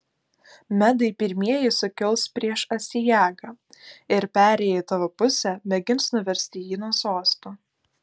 medai pirmieji sukils prieš astiagą ir perėję į tavo pusę mėgins nuversti jį nuo sosto